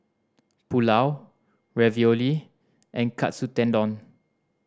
Pulao Ravioli and Katsu Tendon